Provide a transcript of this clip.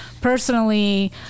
personally